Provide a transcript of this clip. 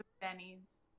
Benny's